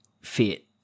fit